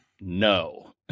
no